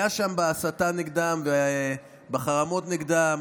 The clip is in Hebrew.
היה שם בהסתה נגדם ובחרמות נגדם,